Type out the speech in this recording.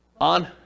On